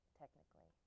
technically